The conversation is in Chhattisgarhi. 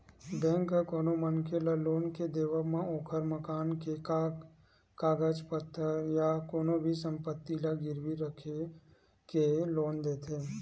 बेंक ह कोनो मनखे ल लोन के देवब म ओखर मकान के कागज पतर या कोनो भी संपत्ति ल गिरवी रखके लोन देथे